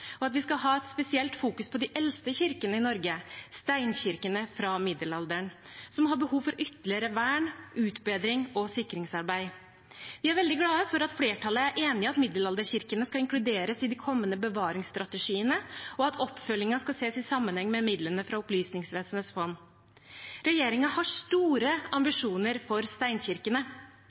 og at vi skal fokusere spesielt på de eldste kirkene i Norge, steinkirkene fra middelalderen, som har behov for ytterligere vern, utbedring og sikringsarbeid. Vi er veldig glad for at flertallet er enig i at middelalderkirkene skal inkluderes i de kommende bevaringsstrategiene, og at oppfølgingen skal ses i sammenheng med midlene fra Opplysningsvesenets fond. Regjeringen har store ambisjoner for steinkirkene.